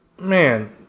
man